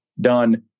done